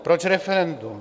Proč referendum?